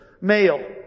Male